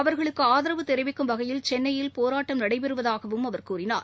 அவர்களுக்கு ஆதரவு தெரிவிக்கும் வகையில் சென்னையில் போராட்டம் நடைபெறுவதாகவும் கூறினார்